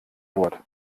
wort